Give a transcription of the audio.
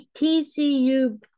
TCU